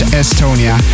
estonia